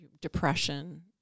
Depression